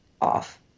off